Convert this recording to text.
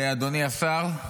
אדוני השר,